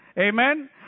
Amen